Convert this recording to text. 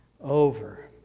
Over